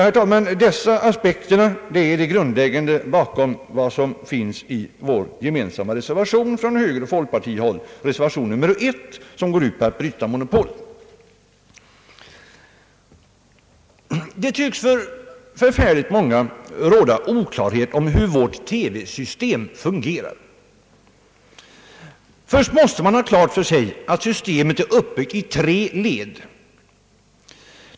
Herr talman! Detta är de grundläggande aspekterna bakom vår gemensamma reservation från högeroch folkpartihåll — reservation 1, som går ut på att bryta monopolet. Det tycks för många råda oklarhet om hur vårt TV-system fungerar. Först måste man ha klart för sig att systemet ar uppbyggt i tre led.